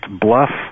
bluff